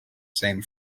same